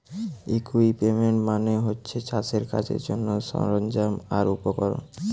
equipment মানে হচ্ছে চাষের কাজের জন্যে সরঞ্জাম আর উপকরণ